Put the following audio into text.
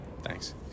Thanks